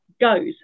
goes